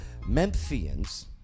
Memphians